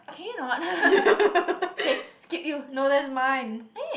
can you not kay skip you eh